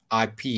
IP